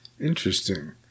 interesting